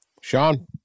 Sean